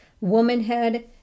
womanhood